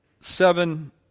seven